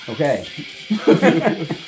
okay